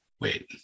Wait